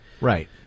Right